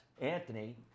Anthony